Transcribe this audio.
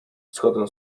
wschodem